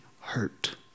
hurt